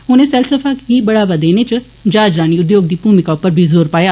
उनें सैलसफा गी बढ़ावा देने च ज्हाजरानी उद्योग दी भूमिका उप्पर जोर पाया